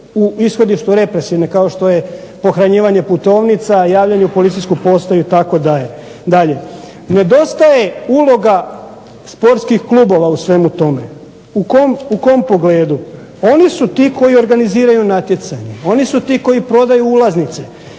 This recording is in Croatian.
su ishodištu represivne kao što je pohranjivanje putovnica, javljanje u policijsku postaju itd. Nedostaje uloga sportskih klubova u svemu tome. U kom pogledu? Oni su ti koji organiziraju natjecanje, oni su ti koji prodaju ulaznice.